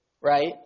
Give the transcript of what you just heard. right